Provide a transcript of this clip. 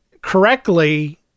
correctly